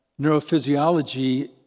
neurophysiology